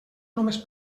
només